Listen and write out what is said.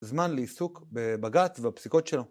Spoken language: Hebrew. זמן לעיסוק בבג"ץ והפסיקות שלו.